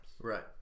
Right